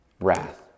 wrath